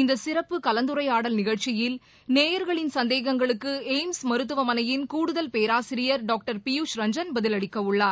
இந்தசிறப்பு கலந்துரையாடல் நிகழ்ச்சியில் நேயர்களின் சந்தேகங்களுக்குளய்ம்ஸ் மருத்துவமனையின் கூடுதல் பேராசிரியர் டாக்டர் பியுஷ்ரஞ்சன் பதிலளிக்கவுள்ளார்